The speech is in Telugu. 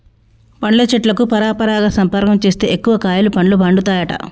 పండ్ల చెట్లకు పరపరాగ సంపర్కం చేస్తే ఎక్కువ కాయలు పండ్లు పండుతాయట